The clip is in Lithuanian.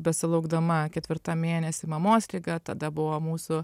besilaukdama ketvirtam mėnesy mamos liga tada buvo mūsų